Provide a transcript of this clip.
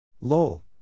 Lol